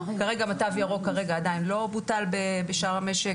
תו ירוק כרגע עדיין לא בוטל בשאר המשק.